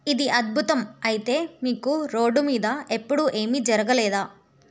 ఇది అద్భుతం అయితే మీకు రోడ్డు మీద ఎప్పుడూ ఏమీ జరగలేదా